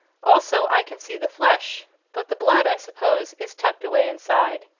also i can see the flesh. but the blood, i suppose is tucked away inside.